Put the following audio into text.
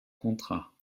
contrats